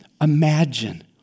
Imagine